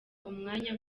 umwanya